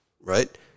right